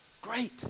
Great